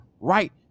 right